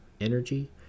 energy